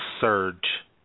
surge